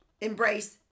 embrace